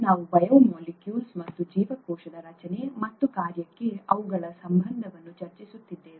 ನಾವು ಬಯೋಮಾಲಿಕ್ಯೂಲ್ಸ್ ಮತ್ತು ಜೀವಕೋಶದ ರಚನೆ ಮತ್ತು ಕಾರ್ಯಕ್ಕೆ ಅವುಗಳ ಸಂಬಂಧವನ್ನು ಚರ್ಚಿಸುತ್ತಿದ್ದೇವೆ